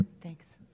Thanks